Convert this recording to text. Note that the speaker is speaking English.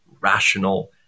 rational